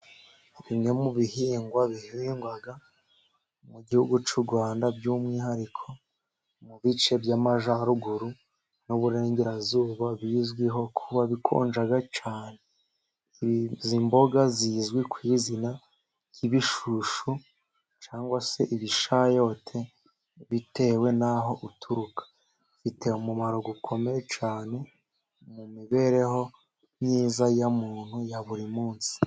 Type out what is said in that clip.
Bimwe mu bihingwa bihingwa mu Gihugu cy'u Rwanda ,by'umwihariko mu bice by'amajyaruguru n'uburengerazuba bizwiho kuba bikonja cyane, izi imboga zizwi ku izina ry'ibishushu cangwa se ibishayote bitewe naho uturuka, bifite umumaro ukomeye cyane mu mibereho myiza ya muntu ya buri munsi.